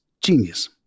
Genius